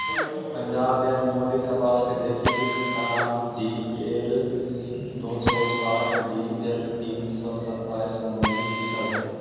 पंजाब में अनुमोदित कपास के देशी किस्म का नाम डी.एल दो सौ साठ डी.एल तीन सौ सत्ताईस, मोती इ सब हई